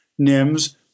NIMS